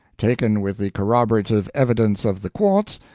taken with the corroborative evidence of the quartz,